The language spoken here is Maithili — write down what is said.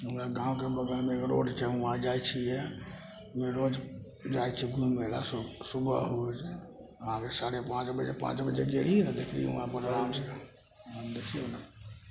हमरा गाँवके बगलमे एगो रोड छै उहाँ जाइ छियै उहे रोज जाइ छियै घुमे लए सुबह होइ छै आके पाँच बजे साढ़े पाँच बजे गेली आ देखली उहाँ पर आराम से देखियौ नऽ